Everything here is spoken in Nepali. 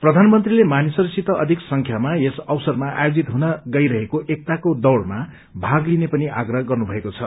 प्रधानमन्त्रीले मानिसहरूसित अधिक संख्यामा यस अवसरमा आयोजित हुन गइरहेको एकताको दौड़मा भाग लिने पनि आग्रह गर्नुभएको छ